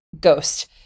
ghost